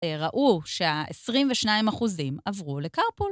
ראו שה-22 אחוזים עברו לקרפול.